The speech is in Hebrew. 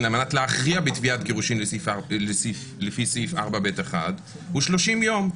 על מנת להכריע בתביעת גירושין לפי סעיף 4ב1 הוא 30 יום.